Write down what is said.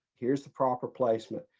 here's the proper placement.